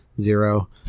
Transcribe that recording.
zero